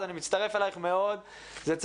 אז אני מצטרף אלייך מאוד,